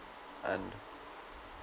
and